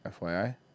FYI